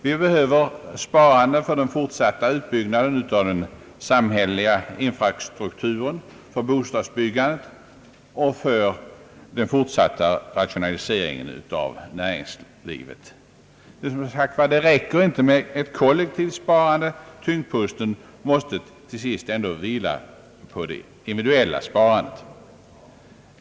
Vi behöver sparande för den fortsatta samhälleliga infrastrukturen, för bostadsbyggandet och för den fortsatta rationaliseringen av näringslivet. Det räcker som sagt inte med ett kollektivt sparande — tyngdpunkten måste slutligen ändå vila på det individuella sparandet.